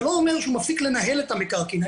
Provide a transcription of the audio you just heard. זה לא אומר שהוא מפסיק לנהל את המקרקעין.